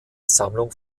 sammlung